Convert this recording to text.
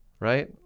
Right